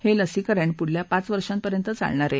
हे लसीकरण पुढल्या पाच वर्षांपर्यंत चालणार आहे